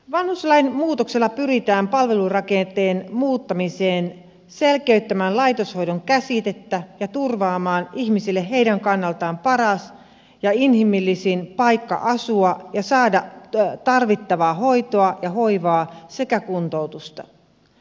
vanhuslain muutoksella pyritään palvelurakenteen muuttamiseen selkeyttämään laitoshoidon käsitettä ja turvaamaan ihmisille heidän kannaltaan paras ja inhimillisin paikka asua ja saada tarvittavaa hoitoa ja hoivaa sekä kuntoutusta